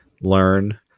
learn